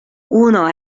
uno